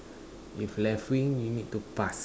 if left wing you need to pass